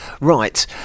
Right